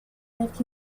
left